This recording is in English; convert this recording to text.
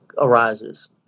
arises